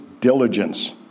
diligence